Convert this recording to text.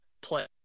play